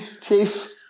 Chief